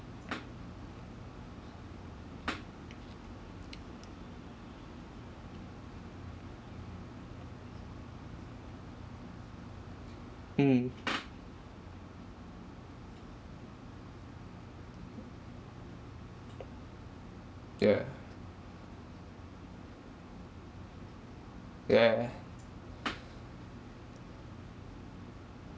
mm yeah yeah yeah